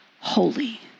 holy